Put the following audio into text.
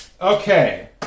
Okay